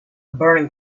burning